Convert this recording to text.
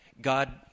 God